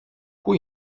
πού